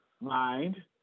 mind